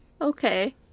Okay